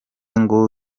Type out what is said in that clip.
ngo